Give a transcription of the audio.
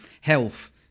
health